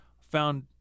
found